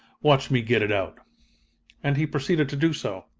watch me get it out and he proceeded to do so.